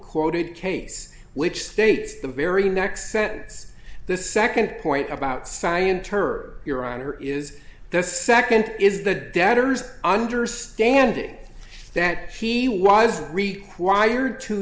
quoted case which states the very next sentence this second point about science your honor is the second is the debtor's understanding that he was required to